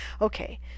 Okay